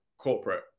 corporate